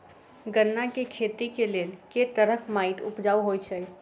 गन्ना केँ खेती केँ लेल केँ तरहक माटि उपजाउ होइ छै?